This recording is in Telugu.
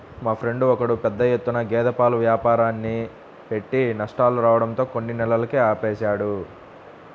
మా ఫ్రెండు ఒకడు పెద్ద ఎత్తున గేదె పాల వ్యాపారాన్ని పెట్టి నష్టాలు రావడంతో కొన్ని నెలలకే ఆపేశాడు